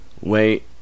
wait